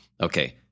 Okay